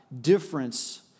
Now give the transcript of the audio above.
Difference